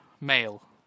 male